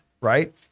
right